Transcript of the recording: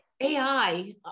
AI